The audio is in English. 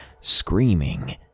screaming